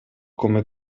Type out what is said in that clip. come